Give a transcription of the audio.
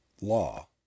law